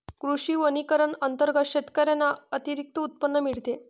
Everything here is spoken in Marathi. कृषी वनीकरण अंतर्गत शेतकऱ्यांना अतिरिक्त उत्पन्न मिळते